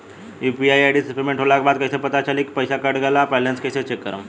UPI ID से payment होला के बाद कइसे पता चली की पईसा कट गएल आ बैलेंस कइसे चेक करम?